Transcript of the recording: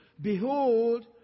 Behold